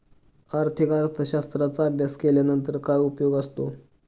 आर्थिक अर्थशास्त्राचा अभ्यास केल्यानंतर काय उपयोग असतो?